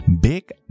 Big